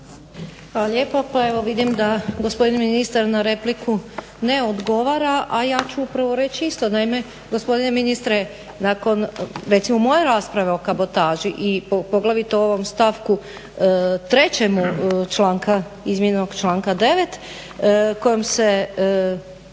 Hvala lijepo. Pa evo vidim da gospodin ministar na repliku ne odgovara, a ja ću upravo reći isto. Naime, gospodine ministre nakon, recimo moje rasprave o kabotaži i poglavito o ovom stavku trećemu članka, izmijenjenog članka 9. kojom se